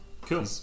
Cool